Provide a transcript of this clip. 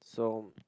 so um